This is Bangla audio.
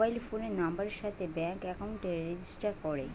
মোবাইল ফোনের নাম্বারের সাথে ব্যাঙ্ক একাউন্টকে রেজিস্টার করে